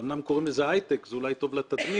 אמנם קוראים לזה היי-טק, זה אולי טוב לתדמית,